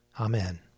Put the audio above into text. Amen